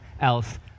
else